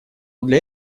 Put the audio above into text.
для